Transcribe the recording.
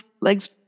legs